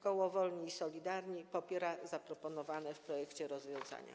Koło Wolni i Solidarni popiera zaproponowane w projekcie rozwiązania.